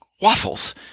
waffles